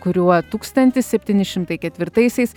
kuriuo tūkstantis septyni šimtai ketvirtaisiais